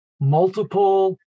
multiple